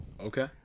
Okay